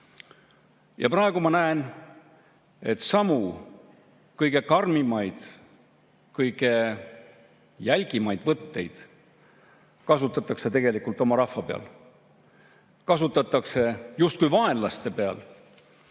Ja praegu ma näen, et samu, kõige karmimaid, kõige jälgimaid võtteid kasutatakse tegelikult oma rahva peal, kasutatakse justkui vaenlaste peal.